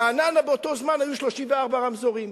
ברעננה באותו זמן היו 34 רמזורים.